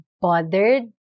bothered